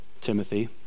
Timothy